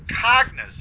cognizant